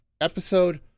episode